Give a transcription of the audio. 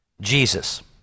Jesus